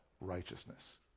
righteousness